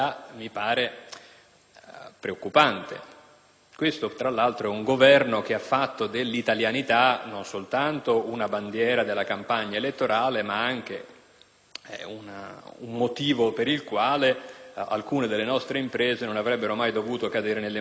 mi pare preoccupante. Questo, tra l'altro, è un Governo che ha fatto dell'italianità non soltanto una bandiera della campagna elettorale, ma anche un motivo per il quale alcune delle nostre imprese non avrebbero mai dovuto cadere nelle mani degli stranieri.